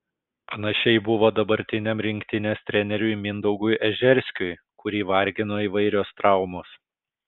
panašiai buvo dabartiniam rinktinės treneriui mindaugui ežerskiui kurį vargino įvairios traumos